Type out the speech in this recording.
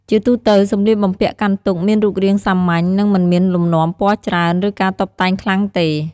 ជាទូទៅ សម្លៀកបំពាក់កាន់ទុក្ខមានរូបរាងសាមញ្ញ និងមិនមានលំនាំពណ៌ច្រើន ឬការតុបតែងខ្លាំងទេ។